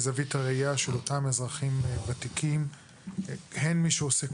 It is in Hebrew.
אני מודה שלוועדה אין את יכולת המעקב